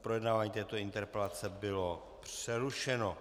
Projednávání této interpelace bylo přerušeno.